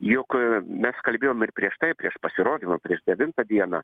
juk mes kalbėjom ir prieš tai prieš pasirodymą prieš devintą dieną